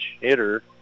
hitter